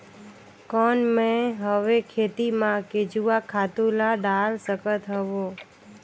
कौन मैं हवे खेती मा केचुआ खातु ला डाल सकत हवो?